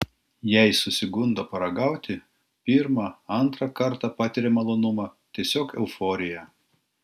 jei susigundo paragauti pirmą antrą kartą patiria malonumą tiesiog euforiją